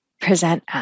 present